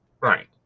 right